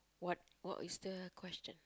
what what is question